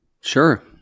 Sure